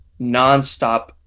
nonstop